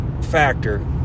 factor